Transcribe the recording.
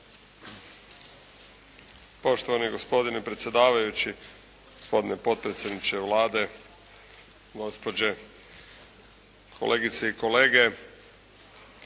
Poštovani gospodine predsjedavajući, gospodine potpredsjedniče Vlade, gospođe, kolegice i kolege!